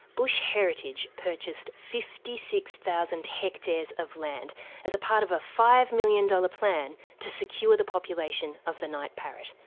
bush heritage purchased fifty six thousand hectares of land as part of a five million dollars plan to secure the population of the night parrot.